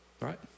right